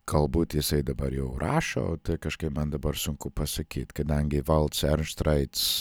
galbūt jisai dabar jau rašo tai kažkaip man dabar sunku pasakyt kadangi valts ernštraits